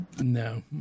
No